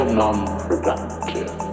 non-productive